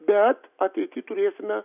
bet ateity turėsime